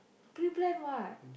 pre-plan what